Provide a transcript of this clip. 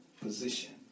position